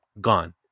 gone